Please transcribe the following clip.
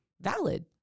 valid